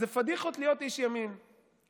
אז זה פדיחות להיות איש ימין בממשלה שכזאת.